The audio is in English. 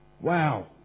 Wow